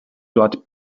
dort